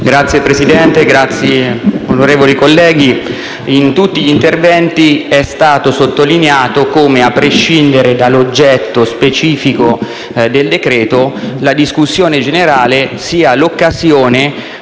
Signor Presidente, onorevoli colleghi, in tutti gli interventi è stato sottolineato come, a prescindere dall'oggetto specifico del decreto-legge, la discussione generale sia l'occasione